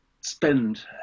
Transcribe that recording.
spend